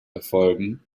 erfolgen